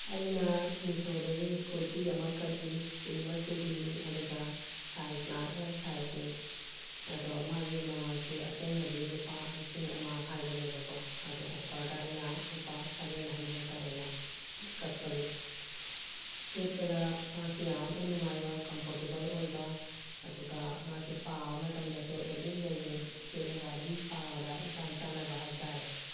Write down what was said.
ꯑꯩꯅ ꯃꯤꯁꯣꯗꯒꯤ ꯀꯨꯔꯇꯤ ꯑꯃ ꯀꯛꯏ ꯄꯤꯡꯛ ꯃꯆꯨꯒꯤꯅꯤ ꯑꯗꯨꯒ ꯁꯥꯏꯖꯅ ꯑꯦꯜ ꯁꯥꯏꯖꯅꯤ ꯑꯗꯣ ꯃꯥꯒꯤ ꯃꯃꯜꯁꯦ ꯑꯁꯦꯡꯕꯗꯤ ꯂꯨꯄꯥ ꯂꯤꯁꯤꯡ ꯑꯃ ꯍꯥꯏꯕꯅꯦꯕ ꯀꯣ ꯑꯗꯣ ꯑꯣꯐꯔꯗ ꯑꯩꯅ ꯂꯨꯄꯥ ꯁꯚꯦꯟ ꯍꯟꯗ꯭ꯔꯦꯠꯇ ꯑꯣꯏꯅ ꯀꯛꯄꯅꯤ ꯁꯦꯠꯄꯗ ꯃꯥꯁꯦ ꯌꯥꯝꯅ ꯅꯨꯡꯉꯥꯏꯕ ꯀꯝꯐꯣꯔꯇꯦꯕꯜ ꯑꯣꯏꯕ ꯑꯗꯨꯒ ꯃꯥꯁꯦ ꯄꯥꯕ ꯃꯇꯝꯗꯁꯨ ꯑꯦꯅꯤ ꯂꯦꯒꯤꯡꯁ ꯁꯦꯠꯂꯒ ꯑꯗꯨꯝ ꯄꯥꯕꯗ ꯏꯆꯥꯟ ꯆꯥꯟꯅꯕ ꯍꯥꯏꯕ ꯇꯥꯔꯦ